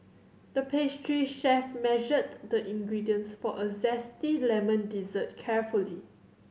the pastry chef measured the ingredients for a zesty lemon dessert carefully